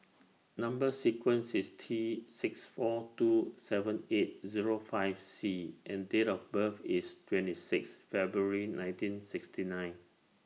Number sequence IS T six four two seven eight Zero five C and Date of birth IS twenty six February nineteen sixty nine